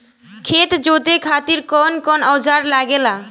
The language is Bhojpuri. खेत जोते खातीर कउन कउन औजार लागेला?